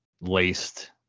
laced